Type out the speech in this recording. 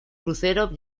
crucero